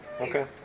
Okay